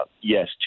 Yes